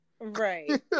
Right